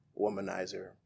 womanizer